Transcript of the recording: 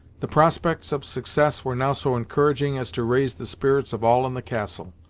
the prospects of success were now so encouraging as to raise the spirits of all in the castle,